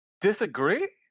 disagree